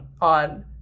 on